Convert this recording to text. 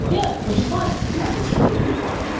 but yeah, which is fine. yeah, it's totally fine.